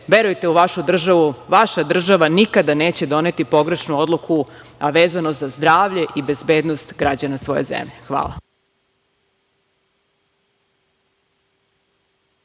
verujte u vašu državu, vaša država nikada neće doneti pogrešnu odluku, a vezano za zdravlje i bezbednost građana svoje zemlje. Hvala.